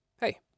hey